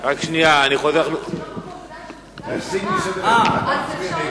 אמרתי שלנוכח העובדה שהושגה פשרה, אפשר להוריד.